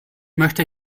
möchte